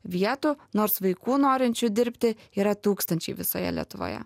vietų nors vaikų norinčių dirbti yra tūkstančiai visoje lietuvoje